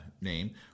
name